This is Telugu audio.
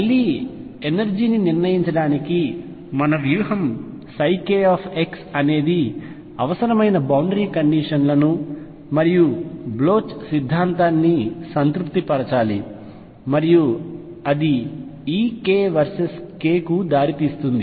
మళ్లీ ఎనర్జీ ని నిర్ణయించడానికి మన వ్యూహంk అనేది అవసరమైన బౌండరీ కండిషన్లను మరియు బ్లోచ్ సిద్ధాంతాన్ని సంతృప్తి పరచాలి మరియు అది Ek వర్సెస్ k కు దారి తీస్తుంది